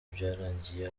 byarangiye